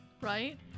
Right